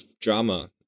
drama